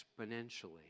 exponentially